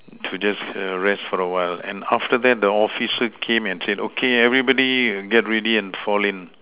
to just rest for a while and after that the officer came and said okay everybody get ready and fall in